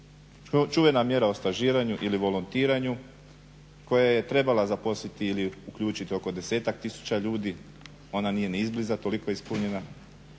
čuvena mjera o stažiranju ili volontiranju koja je trebala zaposliti ili uključiti oko 10 tisuća ljudi, ona nije ni izbliza toliko ispunila.